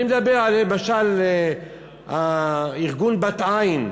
אני מדבר למשל על ארגון "בת עין".